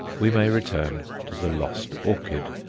we may return to the lost orchid.